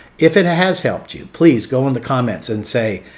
if it ah has helped you please go on the comments and say,